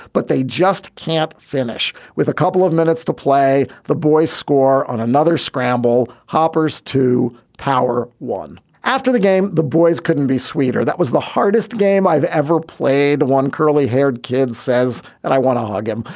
but they just can't finish with a couple of minutes to play. the boys score on another scramble hoppers to power one after the game. the boys couldn't be sweeter. that was the hardest game i've ever played. one curly haired kid says and i want to hug him.